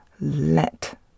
Let